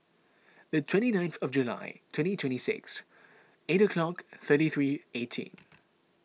the twenty ninth of July twenty twenty six eight o'clock thirty three eighteen